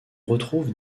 retrouve